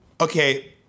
okay